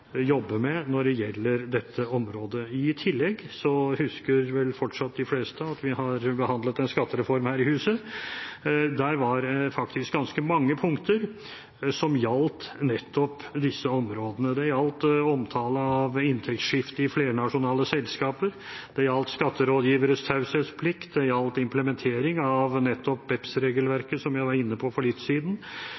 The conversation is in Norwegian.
med når det gjelder dette området. I tillegg husker vel fortsatt de fleste at vi har behandlet en skattereform her i huset. Der var det faktisk ganske mange punkter som gjaldt nettopp disse områdene. Det gjaldt omtale av inntektsskifte i flernasjonale selskaper, det gjaldt skatterådgiveres taushetsplikt, det gjaldt implementering av nettopp